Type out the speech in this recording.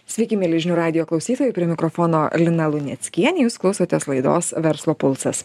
sveiki mieli žinių radijo klausytojai prie mikrofono lina luneckienė jūs klausotės laidos verslo pulsas